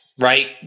right